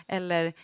Eller